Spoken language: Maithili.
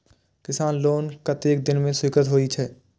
किसान लोन कतेक दिन में स्वीकृत होई छै?